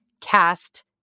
cast